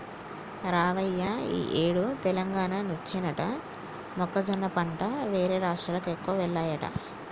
రావయ్య ఈ ఏడు తెలంగాణ నుంచేనట మొక్కజొన్న పంట వేరే రాష్ట్రాలకు ఎక్కువగా వెల్లాయట